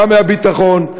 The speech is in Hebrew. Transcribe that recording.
בא מהביטחון,